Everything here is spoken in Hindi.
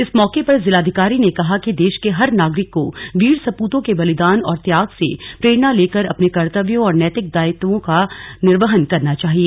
इस मौके पर जिलाधिकारी ने कहा कि देश के हर नागरिक को वीर सपूतों के बलिदान और त्याग से प्रेरणा लेकर अपने कर्तव्यों और नैतिक दायित्वों का निर्वहन करना चाहिए